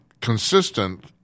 consistent